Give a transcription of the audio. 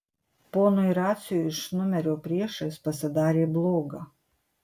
ponui raciui iš numerio priešais pasidarė bloga